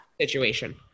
situation